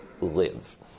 live